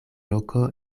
loko